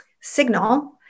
signal